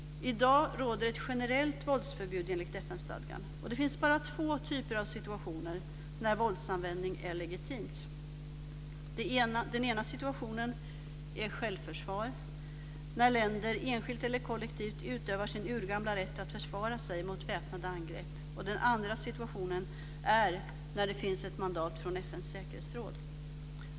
I dag råder ett generellt våldsförbud enligt FN stadgan. Det finns bara två typer av situationer där våldsanvändning är legitimt. Den ena situationen är självförsvar, när länder enskilt eller kollektivt utövar sin urgamla rätt att försvara sig mot väpnade angrepp. Den andra situationen är när det finns ett mandat från FN:s säkerhetsråd.